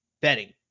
betting